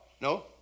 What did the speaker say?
No